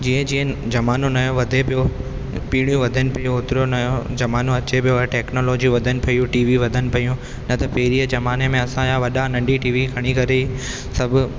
जीअं जीअं जमानो नयो वधे पियो पीड़ियूं वधनि पियूं ओतिरो नयो जमानो अचे पियो ऐं टैक्नोलॉजी वधनि पियूं टीवी वधनि पियूं न त पहिरींअ जमाने में असां जा वॾा नंढी टीवी खणी करे सभु